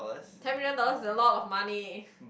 ten million dollars is a lot of money